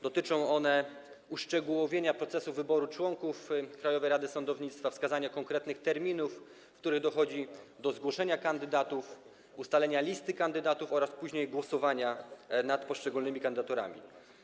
Dotyczą one uszczegółowienia procesu wyboru członków Krajowej Rady Sądownictwa, wskazania konkretnych terminów, w których dochodzi do zgłoszenia kandydatów, ustalenia listy kandydatów oraz później głosowania nad poszczególnymi kandydaturami.